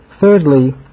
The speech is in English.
Thirdly